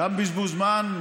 גם בזבוז זמן,